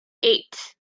eight